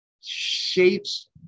shapes